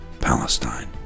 Palestine